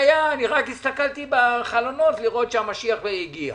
הסתכלתי מהחלון לראות שהמשיח לא הגיע.